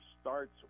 starts